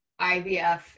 IVF